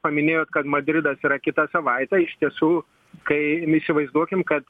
paminėjot kad madridas yra kitą savaitę iš tiesų kai įsivaizduokim kad